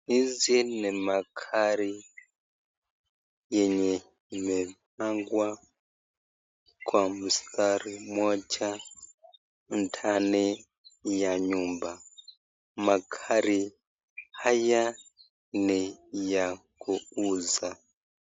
Hizi ni magari yenye imepangwa kwa mstari moja ndani ya nyumba .Magari haya ni ya kuuza .